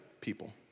people